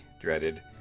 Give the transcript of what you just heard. dreaded